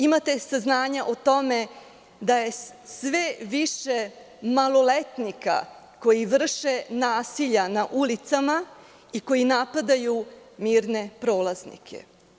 Imate saznanja o tome da je sve više maloletnika koji vrše nasilja na ulicama i koji napadaju mirne prolaznike.